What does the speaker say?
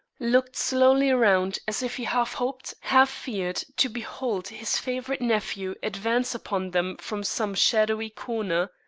looked slowly around as if he half hoped, half feared to behold his favorite nephew advance upon them from some shadowy corner.